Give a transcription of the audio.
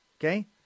okay